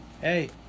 Hey